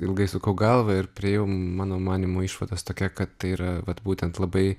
ilgai sukau galvą ir priėjau mano manymu išvados tokia kad tai yra vat būtent labai